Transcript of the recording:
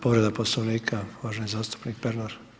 Povreda Poslovnika uvaženi zastupnik Pernar.